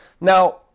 Now